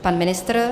Pan ministr?